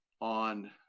on